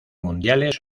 mundiales